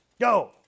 Go